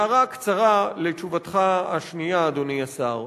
והערה קצרה לתשובתך השנייה, אדוני השר.